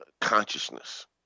consciousness